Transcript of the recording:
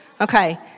Okay